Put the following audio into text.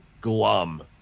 glum